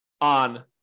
on